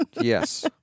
yes